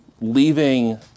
leaving